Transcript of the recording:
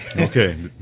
Okay